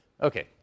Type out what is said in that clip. okay